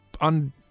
on